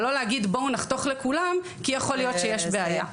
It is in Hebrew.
אבל לא להגיד בואו נחתוך לכולם כי יכול להיות שיש בעיה.